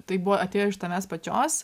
tai buvo atėjo iš tavęs pačios